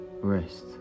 rest